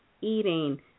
eating